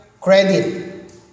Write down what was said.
credit